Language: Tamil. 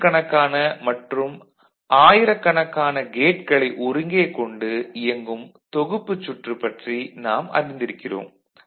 நூற்றுக்கணக்கான மற்றும் ஆயிரக்கணக்கான கேட்களை ஒருங்கே கொண்டு இயங்கும் தொகுப்புச் சுற்று பற்றி நாம் அறிந்திருக்கிறோம்